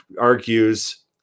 argues